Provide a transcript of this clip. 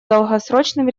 долгосрочным